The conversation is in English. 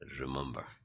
remember